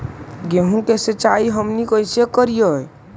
गेहूं के सिंचाई हमनि कैसे कारियय?